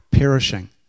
Perishing